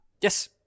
yes